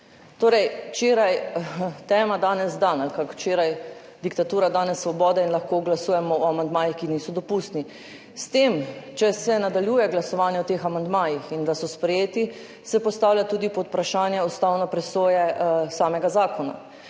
Torej, včeraj tema, danes dan, ali kako, včeraj diktatura, danes svoboda in lahko glasujemo o amandmajih, ki niso dopustni. Če se nadaljuje glasovanje o teh amandmajih in bodo sprejeti, se postavlja tudi vprašanje ustavne presoje samega zakona.